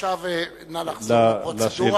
עכשיו נא לחזור לפרוצדורה,